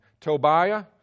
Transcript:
Tobiah